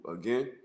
again